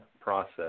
process